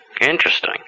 Interesting